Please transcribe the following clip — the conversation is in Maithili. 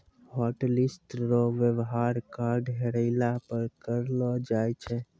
हॉटलिस्ट रो वेवहार कार्ड हेरैला पर करलो जाय छै